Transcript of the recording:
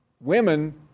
women